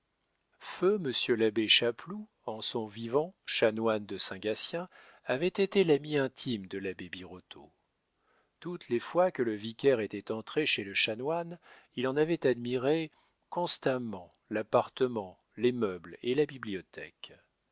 feu monsieur l'abbé chapeloud en son vivant chanoine de saint gatien avait été l'ami intime de l'abbé birotteau toutes les fois que le vicaire était entré chez le chanoine il en avait admiré constamment l'appartement les meubles et la bibliothèque